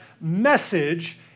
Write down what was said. message